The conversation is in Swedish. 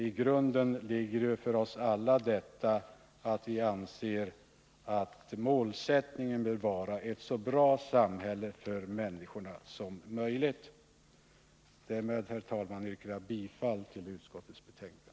För oss alla ligger ju som grund detta att vi anser att målsättningen bör vara ett så bra samhälle för människorna som möjligt. Därmed, herr talman, yrkar jag bifall till utskottets hemställan.